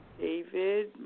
David